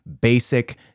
basic